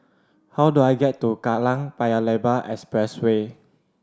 how do I get to Kallang Paya Lebar Expressway